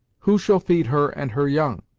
who shall feed her and her young?